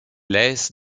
laisse